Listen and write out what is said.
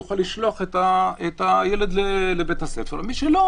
יוכל לשלוח את הילד לבית הספר ומי שלא